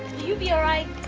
you be all right?